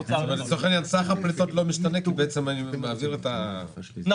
סך הפליטות לא משתנה כי אני מעביר --- נכון.